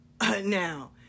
Now